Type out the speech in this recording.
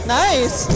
nice